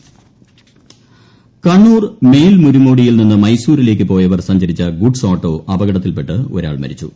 അപകടം കണ്ണൂർ കണ്ണൂർ മേൽമുരിങ്ങോടിയിൽ നിന്ന് മൈസൂരിലേക്ക് പോയവർ സഞ്ചരിച്ച ഗുഡ്സ് ഓട്ടോ അപകടത്തിൽപ്പെട്ട് ഒരാൾ മരിച്ചു